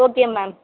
okay ma'am